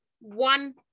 one